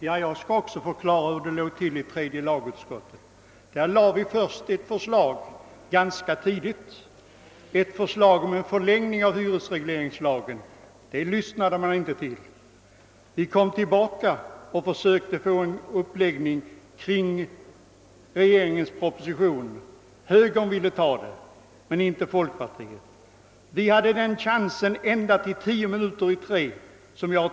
Herr talman! Jag vill också förklara hur det gick till i tredje lagutskottet. Från socialdemokratiskt håll lade vi ganska tidigt fram ett förslag om förlängning av hyresregleringslagen, men det lyssnade man inte till. Vi kom tillbaka och försökte få till stånd en uppslutning kring regeringspropositionen. Högern ville godta detta, men inte folkpartiet. Såsom jag förut sade stod den chansen öppen ända till 10 minuter före kl. 3.